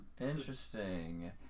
interesting